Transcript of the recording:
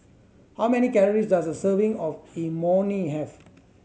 how many calories does a serving of Imoni have